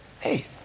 hey